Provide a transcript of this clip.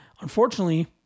Unfortunately